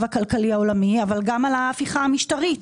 הכלכלי העולמי וגם על ההפיכה המשטרית.